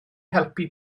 helpu